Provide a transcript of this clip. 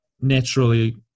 naturally